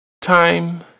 Time